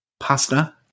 pasta